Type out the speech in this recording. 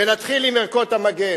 ונתחיל עם ערכות המגן.